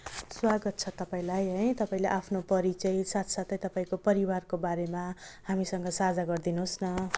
स्वागत छ तपाईँलाई है तपाईँले आफ्नो परिचय साथसाथै तपाईँको परिवारको बारेमा हामीसँग साझा गरिदिनुहोस् न